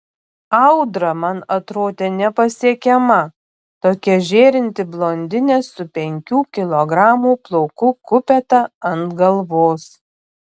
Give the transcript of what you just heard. audra man atrodė nepasiekiama tokia žėrinti blondinė su penkių kilogramų plaukų kupeta ant galvos